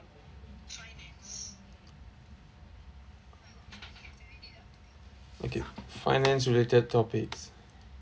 okay finance related topics